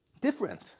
Different